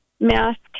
mask